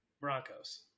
Broncos